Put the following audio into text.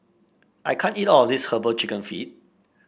I can't eat all of this herbal chicken feet